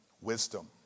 Wisdom